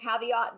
caveat